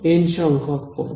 N সংখ্যক পদ